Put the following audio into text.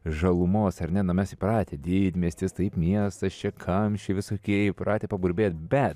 žalumos ar ne nu mes įpratę didmiestis taip miestas čia kamščiai visokie įpratę paburbėt bet